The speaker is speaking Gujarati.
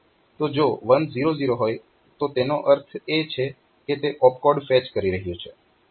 તો જો 1 0 0 હોય તો તેનો અર્થ એ છે કે તે ઓપ કોડ ફેચ કરી રહ્યું છે